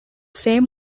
same